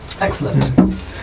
Excellent